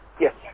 Yes